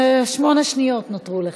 שמונה שניות נותרו לך.